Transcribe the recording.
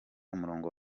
umurongo